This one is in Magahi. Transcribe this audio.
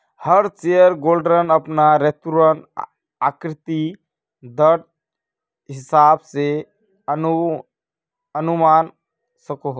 हर शेयर होल्डर अपना रेतुर्न आंतरिक दरर हिसाब से आंनवा सकोह